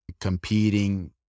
competing